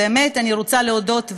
אני באמת רוצה להודות,